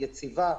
יציבה,